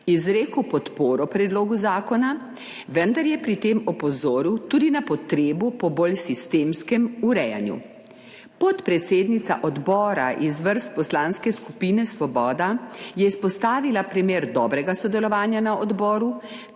izrekel podporo predlogu zakona, vendar je pri tem opozoril tudi na potrebo po bolj sistemskem urejanju. Podpredsednica odbora iz vrst Poslanske skupine Svoboda je izpostavila primer dobrega sodelovanja na odboru